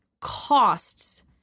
costs